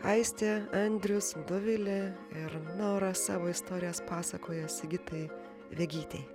aistė andrius dovilė ir nora savo istorijas pasakoja sigitai regytei